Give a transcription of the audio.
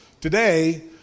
Today